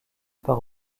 par